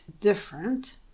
different